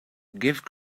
give